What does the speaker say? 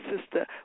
Sister